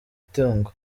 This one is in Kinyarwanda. tungo